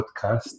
podcast